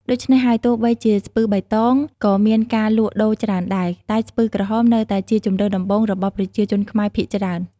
ដូច្នេះហើយ ទោះបីជាស្ពឺបៃតងក៏មានការលក់ដូរច្រើនដែរ តែស្ពឺក្រហមនៅតែជាជម្រើសដំបូងរបស់ប្រជាជនខ្មែរភាគច្រើន។